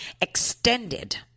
extended